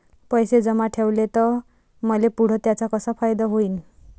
पैसे जमा ठेवले त मले पुढं त्याचा कसा फायदा होईन?